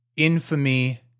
infamy